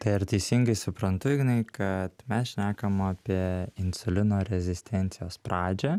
tai ar teisingai suprantu ignai kad mes šnekam apie insulino rezistencijos pradžią